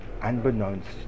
unbeknownst